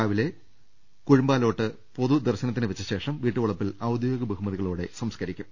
രാവിലെ കുഴിമ്പാലോട്ട് പൊതുദർശ നത്തിന് വെച്ച ശേഷം വീട്ടുവളപ്പിൽ ഔദ്യോഗിക ബഹുമതി കളോടെ സംസ്കരിക്കും